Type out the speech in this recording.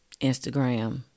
Instagram